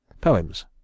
poems